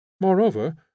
Moreover